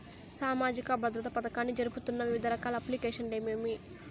సామాజిక భద్రత పథకాన్ని జరుపుతున్న వివిధ రకాల అప్లికేషన్లు ఏమేమి?